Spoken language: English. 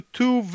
two